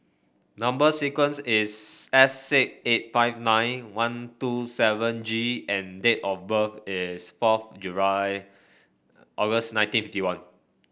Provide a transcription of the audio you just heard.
number sequence is S six eight five nine one two seven G and date of birth is fourth July August nineteen fifty one